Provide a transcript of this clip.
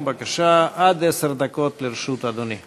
בבקשה, עד עשר דקות לרשות אדוני.